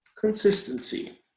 Consistency